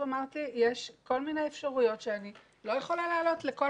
ויש כל מיני אפשרויות שאני לא יכולה להעלות לכל